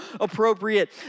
appropriate